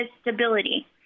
stability